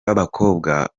b’abakobwa